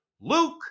luke